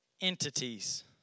entities